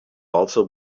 also